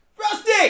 rusty